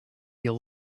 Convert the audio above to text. your